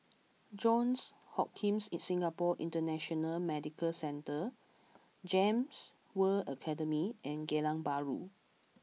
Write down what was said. Johns Hopkins Singapore International Medical Centre Gems World Academy and Geylang Bahru